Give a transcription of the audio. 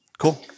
Cool